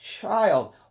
child